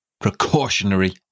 precautionary